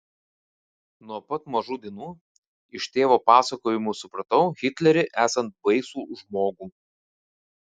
nuo pat mažų dienų iš tėvo pasakojimų supratau hitlerį esant baisų žmogų